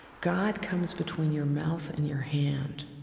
god comes between your mouth and your hand.